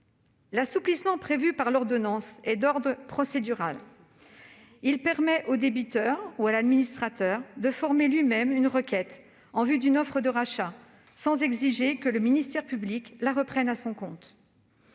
L'assouplissement prévu par l'ordonnance est d'ordre procédural : il permet au débiteur ou à l'administrateur de former lui-même une requête en vue d'une offre de rachat, sans que le ministère public soit tenu de la reprendre à son compte.